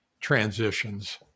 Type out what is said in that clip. transitions